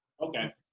Okay